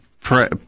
pray